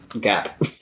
gap